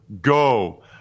go